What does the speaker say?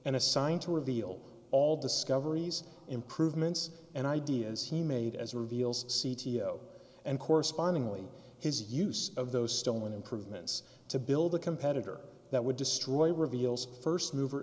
and assign to reveal all discoveries improvements and ideas he made as a reveals c t o and correspondingly his use of those stolen improvements to build a competitor that would destroy reveals first mover